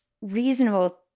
reasonable